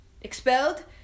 expelled